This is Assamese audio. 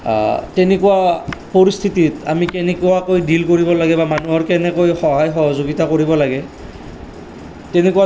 তেনেকুৱা পৰিস্থিতিত আমি কেনেকুৱাকৈ ডিল কৰিব লাগে বা মানুহৰ কেনেকৈ সহায় সহযোগিতা কৰিব লাগে